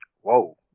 Whoa